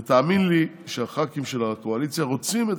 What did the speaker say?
ותאמין לי שהח"כים של הקואליציה רוצים את